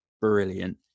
brilliant